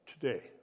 today